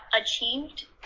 achieved